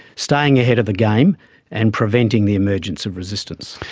staying ahead of the game and preventing the emergence of resistance.